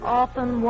often